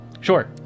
sure